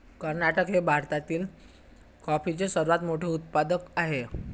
कर्नाटक हे भारतातील कॉफीचे सर्वात मोठे उत्पादक आहे